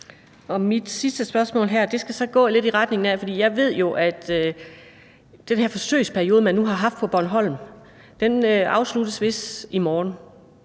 Mit sidste spørgsmål her skal så gå lidt i retning af det. For jeg ved jo, at den her forsøgsperiode, som man nu har haft på Bornholm, vist afsluttes i morgen